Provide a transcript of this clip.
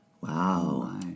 Wow